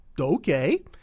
Okay